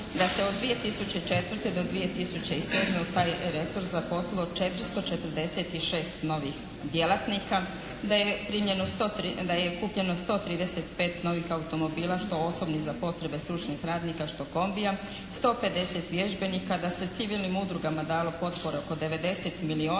Da se od 2004. do 2007. u taj resor zaposlilo 446 novih djelatnika. Da je primljeno, da je kupljeno 135 novih automobila što osobnih za potrebe stručnih radnika što kombija. 150 vježbenika. Da se civilnim udrugama dalo potpore oko 90 milijuna.